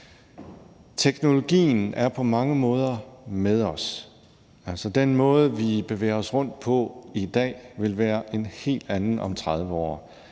Teknologien er på mange måder med os, altså, den måde, vi bevæger os rundt på i dag, vil være en helt anden om 30 år.